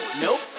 Nope